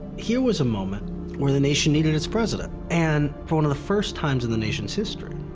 here was a moment where the nation needed its president. and for one of the first times in the nation's history,